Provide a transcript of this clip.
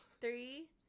three